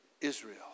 Israel